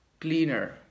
cleaner